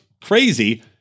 crazy